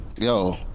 Yo